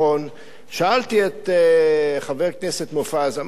שאלתי את חבר הכנסת מופז: תגיד לי,